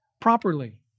properly